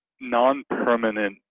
non-permanent